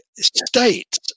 states